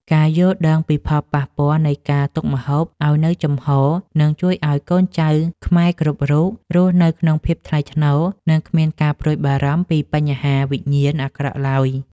ការយល់ដឹងពីផលប៉ះពាល់នៃការទុកម្ហូបឱ្យចំហរនឹងជួយឱ្យកូនចៅខ្មែរគ្រប់រូបរស់នៅក្នុងភាពថ្លៃថ្នូរ និងគ្មានការព្រួយបារម្ភពីបញ្ហាវិញ្ញាណអាក្រក់ឡើយ។